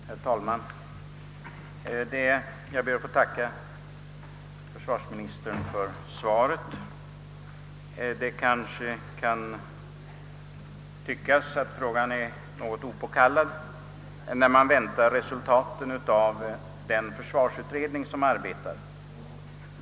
Herr talman! Jag ber att få tacka försvarsministern för svaret. Det kanske kan tyckas att frågan är något opåkallad när man väntar resultaten av den försvarsutredning som nu arbetar.